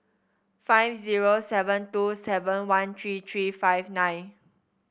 five zero seven two seven one three three five nine